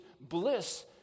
bliss